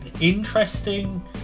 interesting